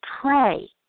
pray